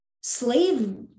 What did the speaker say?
slave